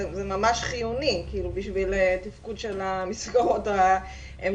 זה ממש חיוני בשביל תפקוד של מסגרות ההמשך.